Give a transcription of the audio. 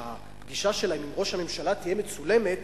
שהפגישה שלהם עם ראש הממשלה תהיה מצולמת,